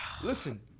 Listen